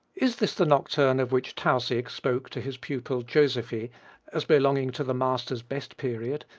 is this the nocturne of which tausig spoke to his pupil joseffy as belonging to the master's best period,